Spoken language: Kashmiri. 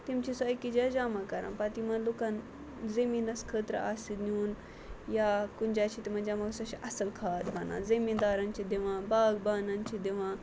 تِم چھِ سُہ أکِس جایہِ جمع کَران پَتہٕ یِمَن لُکَن زٔمیٖنَس خٲطرٕ آسہِ نیُن یا کُنہِ جایہِ چھِ تِمَن جمع سُہ چھِ اَصٕل کھاد بَنان زٔمیٖندارَن چھِ دِوان باغ بانَن چھِ دِوان